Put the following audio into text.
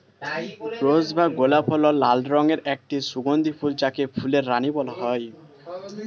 রোজ বা গোলাপ হল লাল রঙের একটি সুগন্ধি ফুল যাকে ফুলের রানী বলা হয়